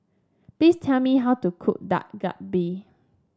please tell me how to cook Dak Galbi